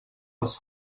els